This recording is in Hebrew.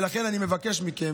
ולכן אני מבקש מכם,